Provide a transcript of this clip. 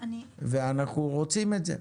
ואנחנו רוצים את זה.